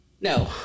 No